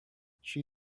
she